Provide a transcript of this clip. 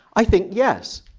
i think yes.